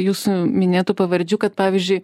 jūsų minėtų pavardžių kad pavyzdžiui